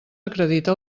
acredita